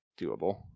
doable